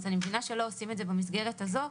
אני מבינה שלא עושים את זה במסגרת הזו,